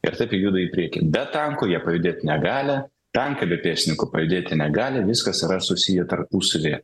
ir taip jie juda į priekį be tankų jie pajudėt negali tankai be pėstininkų pajudėti negali viskas yra susiję tarpusavyje